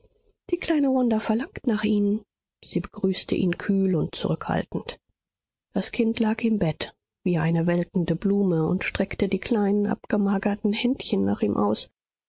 die kleine wanda verlangt nach ihnen sie begrüßte ihn kühl und zurückhaltend das kind lag im bett wie eine welkende blume und streckte die kleinen abgemagerten händchen nach ihm aus